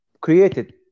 created